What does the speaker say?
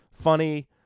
funny